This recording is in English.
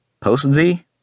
Post-Z